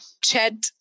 chad